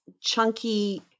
chunky